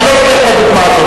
אני לא לוקח את הדוגמה הזאת.